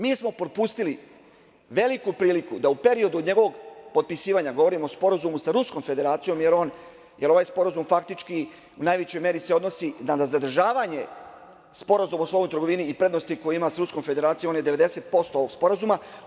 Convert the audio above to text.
Mi smo propustili veliku priliku da u periodu od njegovog potpisivanja, govorim o Sporazumu sa Ruskom Federacijom, jer se ovaj Sporazum faktički u najvećoj meri odnosi na zadržavanje Sporazuma o slobodnoj trgovini i prednosti koji ima sa Ruskom Federacijom, on je 90% ovog sporazuma.